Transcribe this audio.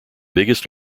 biggest